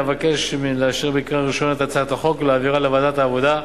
אבקש לאשר בקריאה ראשונה את הצעת החוק ולהעבירה לוועדת העבודה,